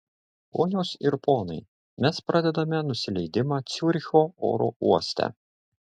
ponios ir ponai mes pradedame nusileidimą ciuricho oro uoste